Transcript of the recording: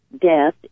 death